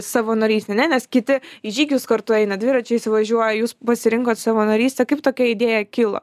savanorystė ne nes kiti į žygius kartu eina dviračiais važiuoja jūs pasirinkot savanorystę kaip tokia idėja kilo